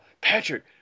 Patrick